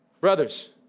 brothers